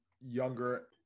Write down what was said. younger